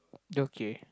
okay